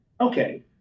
Okay